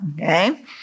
Okay